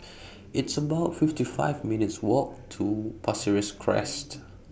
It's about fifty five minutes' Walk to Pasir Ris Crest